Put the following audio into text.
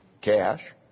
cash